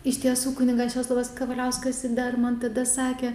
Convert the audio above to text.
iš tiesų kunigas česlovas kavaliauskas dar man tada sakė